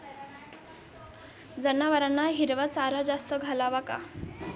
जनावरांना हिरवा चारा जास्त घालावा का?